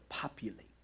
Populate